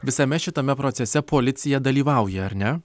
visame šitame procese policija dalyvauja ar ne